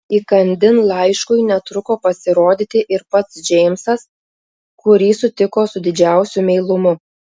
įkandin laiškui netruko pasirodyti ir pats džeimsas kurį sutiko su didžiausiu meilumu